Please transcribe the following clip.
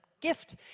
gift